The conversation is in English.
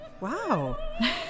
Wow